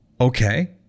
okay